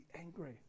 angry